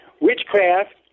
Witchcraft